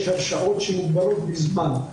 יש הרשאות שמוגבלות בזמן.